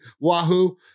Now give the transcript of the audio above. Wahoo